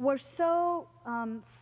we're so